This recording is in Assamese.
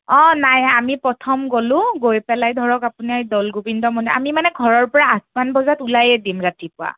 অঁ নাই আমি প্ৰথম গ'লোঁ গৈ পেলাই ধৰক আপোনাৰ দৌল গোবিন্দ মানে আমি মানে ঘৰৰপৰা আঠমান বজাত ওলায়ে দিম ৰাতিপুৱা